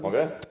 Mogę?